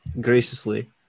graciously